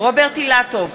רוברט אילטוב,